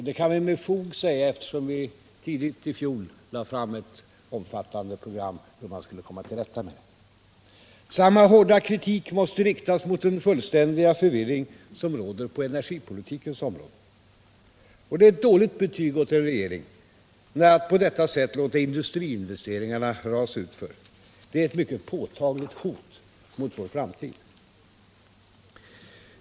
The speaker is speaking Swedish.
Det kan vi med fog säga, eftersom vi tidigt i fjol lade fram ett omfattande program för hur man skall komma till rätta med förhållandena. Samma hårda kritik måste riktas mot den fullständiga förvirring som råder på energipolitikens område. Man måste ge ett dåligt betyg åt en regering som på detta sätt låter industriinvesteringarna rasa utför. Det är ett mycket påtagligt hot mot vår framtid.